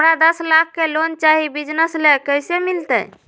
हमरा दस लाख के लोन चाही बिजनस ले, कैसे मिलते?